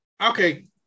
okay